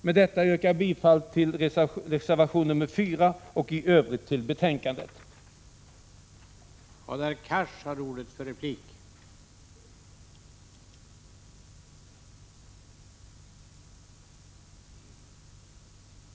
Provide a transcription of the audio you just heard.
Med detta yrkar jag bifall till reservation 4 och i övrigt till utskottets hemställan i betänkandet.